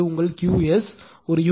இது உங்கள் Qs ஒரு யூனிட்டுக்கு 0